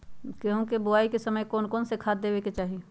गेंहू के बोआई के समय कौन कौन से खाद देवे के चाही?